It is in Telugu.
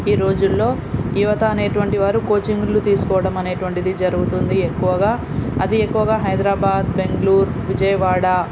ఈరోజులలో యువత అనేటటువంటి వారు కోచింగ్లు తీసుకోవడం అనేటటువంటిది జరుగుతుంది ఎక్కువగా అది ఎక్కువగా హైదరాబాద్ బెంగళూరు విజయవాడ